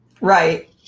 Right